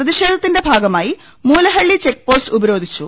പ്രതിഷേധത്തിന്റെ ഭാഗമായി Moolahalli check post ഉപരോധിച്ചു